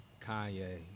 Kanye